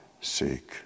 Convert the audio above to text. seek